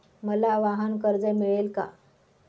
मला वाहनकर्ज मिळेल का?